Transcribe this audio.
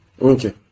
Okay